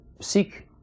seek